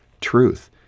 truth